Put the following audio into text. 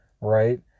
right